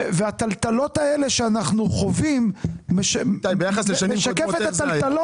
הטלטלות האלה שאנחנו חווים משקף את הטלטלות